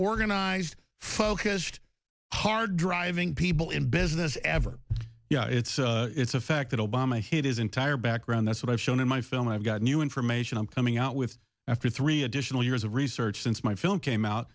organized focused hard driving people in business ever yeah it's it's a fact that obama hid his entire background that's what i've shown in my film i've got new information i'm coming out with after three additional years of research since my film came out